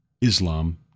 Islam